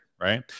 Right